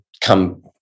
come